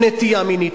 או נטייה מינית,